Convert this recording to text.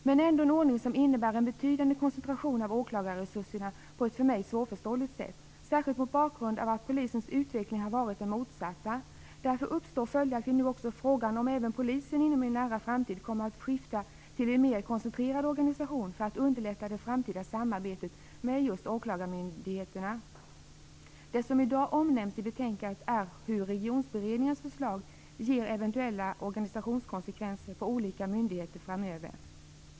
Men det är en ordning som innebär en betydande koncentration av åklagarresurserna på ett för mig svårförståeligt sätt, särskilt mot bakgrund av att polisens utveckling varit den motsatta. Därför uppstår nu också frågan om även polisen inom en nära framtid kommer att skifta till en mera koncentrerad organisation för att underlätta det framtida samarbetet med just åklagarmyndigheterna. Det som i dag omnämns i betänkandet är hur Regionberedningens förslag ger eventuella organisationskonsekvenser för olika myndigheter framöver.